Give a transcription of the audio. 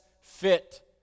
fit